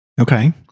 Okay